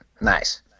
Nice